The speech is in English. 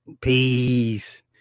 Peace